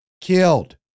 Killed